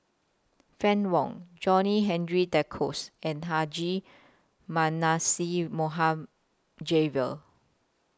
Fann Wong John Henry Duclos and Haji Mohd Javad